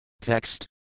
text